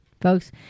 Folks